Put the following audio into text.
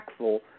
impactful